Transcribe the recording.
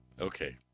Okay